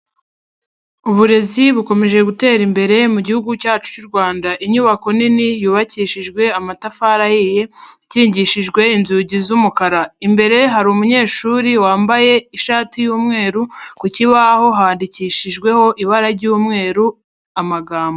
Uburezi bukomeje gutera imbere mu gihugu cyacu cy'u Rwanda, inyubako nini yubakishijwe amatafari ahiye ikingishijwe inzugi z'umukara, imbere hari umunyeshuri wambaye ishati y'umweru ku kibaho handikishijweho ibara ry'umweru amagambo.